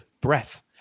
breath